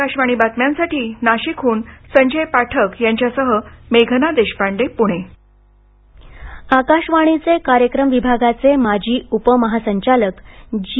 आकाशवाणी बातम्यांसाठी नाशिकहून संजय पाठक यांच्यासह मेघना देशपांडे पुणे निधन आकाशवाणीचे कार्यक्रम विभागाचे माजी उपमहासंचालक जी